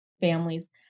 families